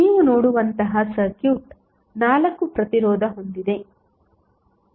ನೀವು ನೋಡುವಂತಹ ಸರ್ಕ್ಯೂಟ್ 4 ಪ್ರತಿರೋಧ ಹೊಂದಿವೆ